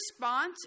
response